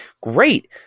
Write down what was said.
great